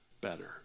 better